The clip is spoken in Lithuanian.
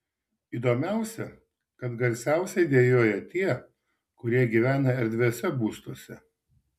įdomiausia kad garsiausiai dejuoja tie kurie gyvena erdviuose būstuose